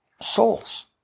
souls